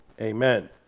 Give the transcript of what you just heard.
Amen